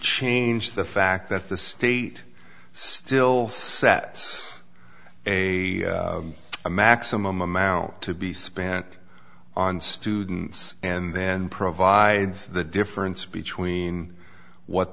change the fact that the state still set a a maximum amount to be spent on students and then provides the difference between what